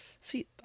See